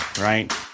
right